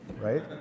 right